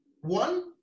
One